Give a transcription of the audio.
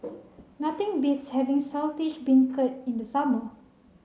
nothing beats having Saltish Beancurd in the summer